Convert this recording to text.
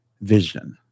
vision